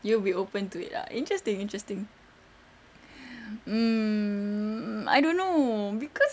you will be open to it ah interesting interesting mm I don't know cause